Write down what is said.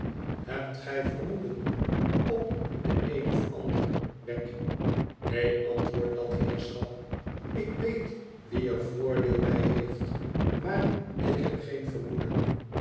hebt gij vermoeden op den een of ander wegg neen ant moordt dat heerschap ik weet wie er voordeel bij heeft maar ik heb geen vermoeden